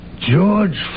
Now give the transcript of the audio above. George